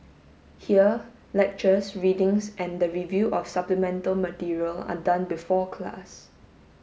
here lectures readings and the review of supplemental material are done before class